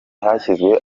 hashyizwe